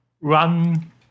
run